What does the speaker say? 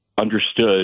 understood